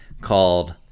called